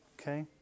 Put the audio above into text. Okay